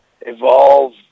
evolve